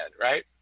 right